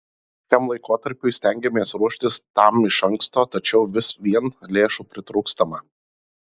šiam laikotarpiui stengiamės ruoštis tam iš anksto tačiau vis vien lėšų pritrūkstama